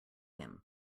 him